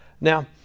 now